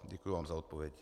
Děkuji vám za odpověď.